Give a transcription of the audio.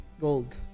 gold